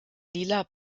lila